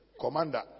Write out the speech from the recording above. Commander